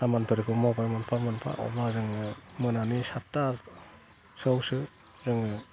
खामानिफोरखौ मावबाय मोनफा मोनफा अब्ला जोङो मोनानि सादथासोआवसो जों